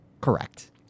Correct